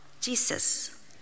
Jesus